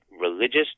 religious